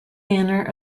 manor